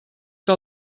que